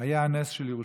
הייתה הנס של ירושלים.